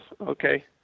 Okay